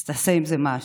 אז תעשה עם זה משהו.